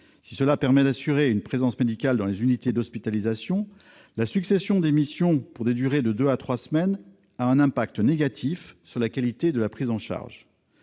solution permet d'assurer une présence médicale dans les unités d'hospitalisation, la succession de missions d'une durée de deux à trois semaines a un impact négatif sur la qualité de la prise en charge.